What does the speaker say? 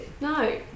No